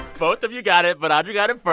both of you got it, but audrey got it